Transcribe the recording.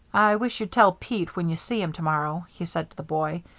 i wish you'd tell pete when you see him to-morrow, he said to the boy,